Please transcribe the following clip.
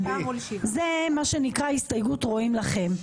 זה מה שנקרא הסתייגות רואים לכם.